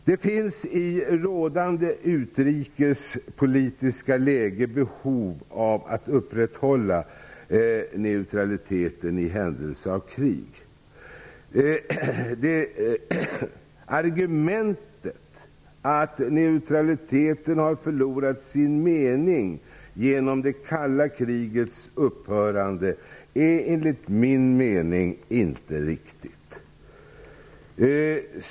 Det finns i rådande utrikespolitiska läge behov av att upprätthålla neutraliteten i händelse av krig. Argumentet att neutraliteten har förlorat sin mening genom det kalla krigets upphörande är enligt min mening inte riktigt.